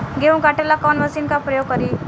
गेहूं काटे ला कवन मशीन का प्रयोग करी?